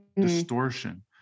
distortion